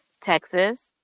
Texas